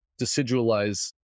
decidualize